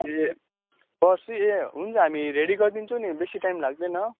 ए पर्सी ए हुन्छ हामी रेडी गरिदिन्छौँ नि बेसी टाइम लाग्दैन